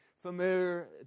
familiar